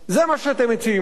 זה מה שאתם מציעים לנו.